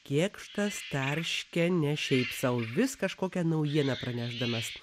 kėkštas tarškia ne šiaip sau vis kažkokią naujieną pranešdamas